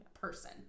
person